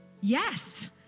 yes